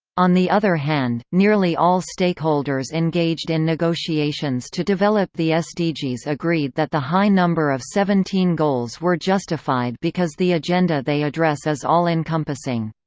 on the other hand, nearly all stakeholders engaged in negotiations to develop the sdgs agreed that the high number of seventeen goals were justified because the agenda they address is all encompassing.